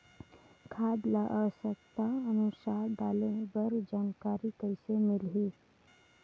खाद ल आवश्यकता अनुसार डाले बर जानकारी कइसे मिलही?